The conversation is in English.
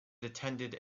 attended